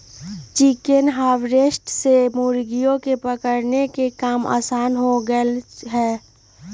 chicken harvester से मुर्गियन के पकड़े के काम आसान हो गैले है